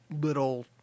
little